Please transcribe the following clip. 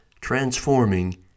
transforming